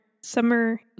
summer